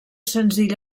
senzill